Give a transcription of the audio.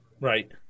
Right